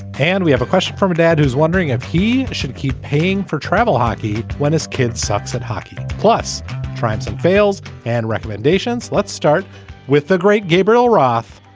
and we have a question from dad, who's wondering if he should keep paying for travel hockey when his kid sucks at hockey plus trips and fails and recommendations. let's start with the great gabriel roth.